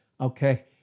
Okay